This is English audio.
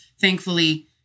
thankfully